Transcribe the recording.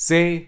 Say